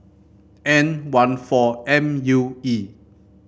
N one four M U E